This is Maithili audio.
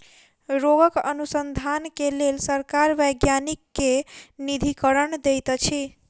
रोगक अनुसन्धान के लेल सरकार वैज्ञानिक के निधिकरण दैत अछि